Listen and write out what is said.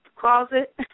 closet